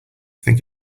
think